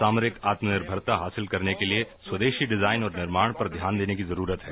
सामरिक आत्मकनिर्भरता हासिल करने के लिए स्वेदेशी डिजाइन और निर्माण पर ध्यान देने की जरूरत है